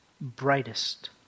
brightest